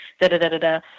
da-da-da-da-da